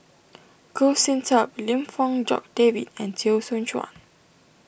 Goh Sin Tub Lim Fong Jock David and Teo Soon Chuan